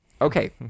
Okay